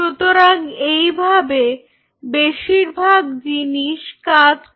সুতরাং এইভাবে বেশিরভাগ জিনিস কাজ করে